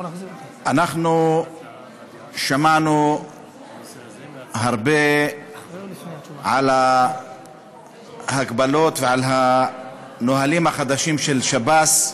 אנחנו שמענו הרבה על ההגבלות ועל הנהלים החדשים של שב"ס,